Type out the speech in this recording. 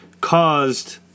caused